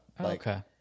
okay